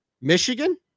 Michigan